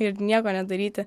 ir nieko nedaryti